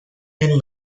and